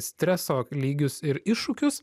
streso lygius ir iššūkius